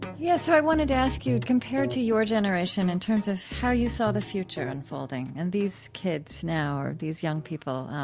yeah so i wanted to ask you, compared to your generation in terms of how you saw the future unfolding and these kids now or these young people.